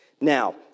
Now